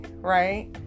right